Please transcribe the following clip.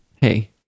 hey